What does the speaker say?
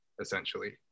essentially